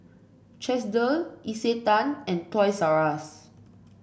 Chesdale Isetan and Toys R Us